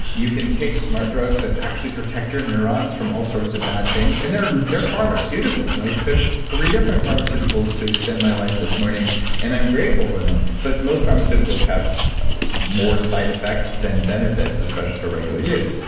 you can take smart drugs that actually protect your neurons from all sorts of bad things and there are pharmaceuticals, i took three different pharmaceuticals to extend my life this morning and i'm grateful for them, but most pharmaceuticals have more side effects than benefits, especially for regular use.